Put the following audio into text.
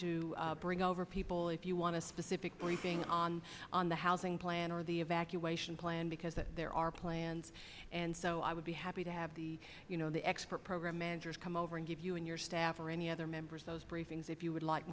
to bring over people if you want to specific briefing on on the housing plan or the evacuation plan because there are plans and so i would be happy to have the expert program managers come over and give you and your staff or any other members those briefings if you would like